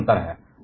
इसमे अंतर है